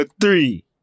three